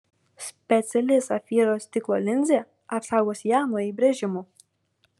speciali safyro stiklo linzė apsaugos ją nuo įbrėžimų